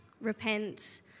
repent